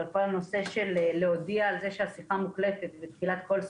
היא כל הנושא של להודיע על כך שהשיחה מוקלטת בתחילת כל שיחה.